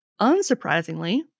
Unsurprisingly